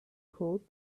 cooled